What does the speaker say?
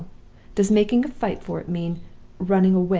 does making a fight for it mean running away